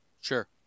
Sure